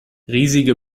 riesige